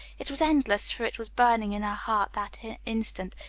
it was endless, for it was burning in her heart that instant.